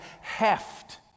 heft